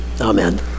Amen